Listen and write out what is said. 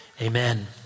amen